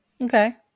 Okay